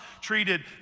treated